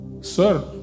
sir